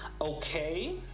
Okay